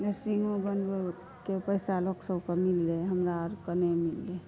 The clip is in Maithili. यतीमो बँञ्जरके पैसा लोक सबके मिललै हमरा आरके नहि मिललै